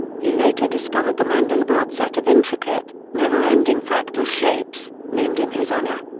he later discovered the mandelbrot set of intricate, never-ending fractal shapes, named in his honor.